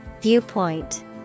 Viewpoint